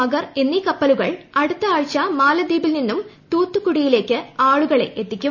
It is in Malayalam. മഗർ എന്നീ കപ്പലുകൾ അടുത്ത ആഴ്ച മാലദ്വീപിൽ നിന്നും തൂത്തുക്കുടിയിലേയ്ക്ക് ആളെ എത്തിക്കും